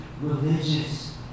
religious